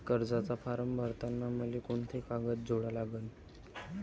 कर्जाचा फारम भरताना मले कोंते कागद जोडा लागन?